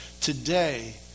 Today